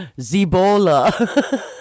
Zebola